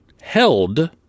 held